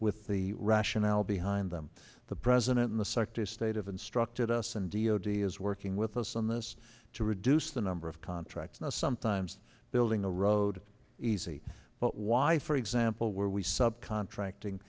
with the rationale behind them the president in the sector state of instructed us and d o d is working with us on this to reduce the number of contracts now sometimes building a road easy but why for example where we sub contracting